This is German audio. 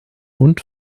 und